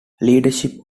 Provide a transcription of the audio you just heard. leadership